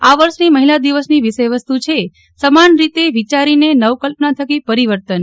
આ વર્ષની મહિલા દિવસની વિષયવસ્ત છે સમાન રીતે વિચારીને નવકલ્પના થકી પરિવર્તન